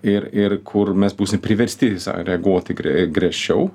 ir ir kur mes būsim priversti reaguoti griežčiau